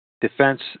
Defense